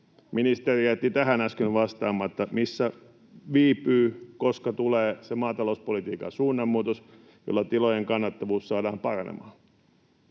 Ministeri jätti tähän äsken vastaamatta: missä viipyy, koska tulee se maatalouspolitiikan suunnanmuutos, jolla tilojen kannattavuus saadaan paranemaan?